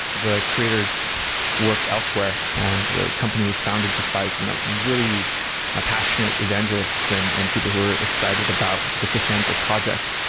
the creators worked elsewhere and the company was founded just by you know really ah passionate evangelists and and people who are excited about the cassandra project.